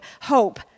hope